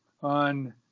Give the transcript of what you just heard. on